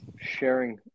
sharing